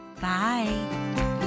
Bye